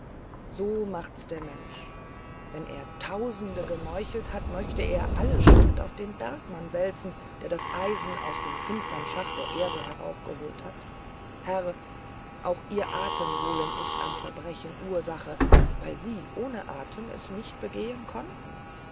so macht's der mensch wenn er tausende gemeuchelmordet hat möchte er alle schuld auf den bergmann wälzen der das eisen aus den finstern schachten der erde herauf geholt hat herr auch ihr atemholen ist am verbrechen ursache weil sie ohne atem es nicht begehen konnten